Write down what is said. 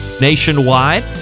nationwide